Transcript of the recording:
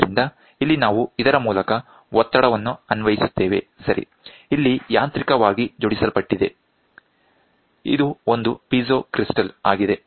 ಆದ್ದರಿಂದ ಇಲ್ಲಿ ನಾವು ಇದರ ಮೂಲಕ ಒತ್ತಡವನ್ನು ಅನ್ವಯಿಸುತ್ತೇವೆ ಸರಿ ಇಲ್ಲಿ ಯಾಂತ್ರಿಕವಾಗಿ ಜೋಡಿಸಲ್ಪಟ್ಟಿದೆ ಇದು ಒಂದು ಪೀಜೋ ಕ್ರಿಸ್ಟಲ್ ಆಗಿದೆ